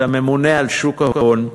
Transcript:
את הממונה על שוק ההון,